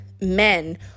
men